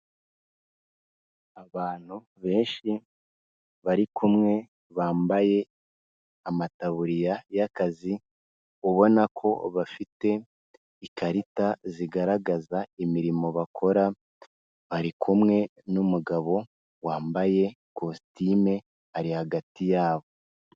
Abantu benshi bari kumwe bambaye amataburiya y'akazi ubona ko bafite ikarita zigaragaza imirimo bakora, bari kumwe n'umugabo wambaye kositime ari hagati yabo.